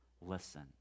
listen